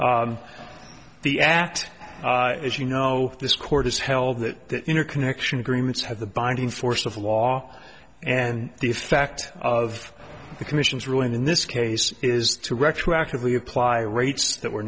the act as you know this court has held that interconnection agreements have the binding force of law and the effect of the commission's ruling in this case is to retroactively apply rates that were